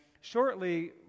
shortly